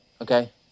okay